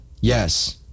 Yes